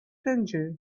tangier